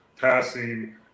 passing